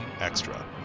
extra